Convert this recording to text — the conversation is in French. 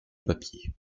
papier